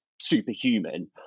superhuman